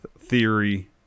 Theory